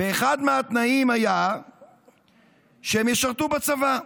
ואחד מהתנאים היה שהם ישרתו בצבא.